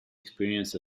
experienced